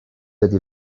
ydy